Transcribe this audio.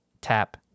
tap